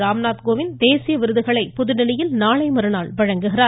ராம்நாத்கோவிந்த் தேசிய விருதுகளை புதுதில்லியில் நாளை மறுநாள் வழங்குகிறார்